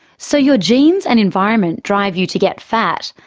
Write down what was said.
so your genes and environment drive you to get fat,